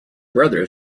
brother